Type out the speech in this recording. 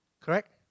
Correct